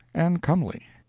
and comely.